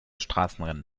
straßenrennen